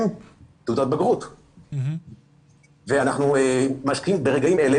תעודת בגרות ואנחנו משקיעים ברגעים אלה,